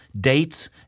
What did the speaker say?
dates